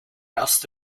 erst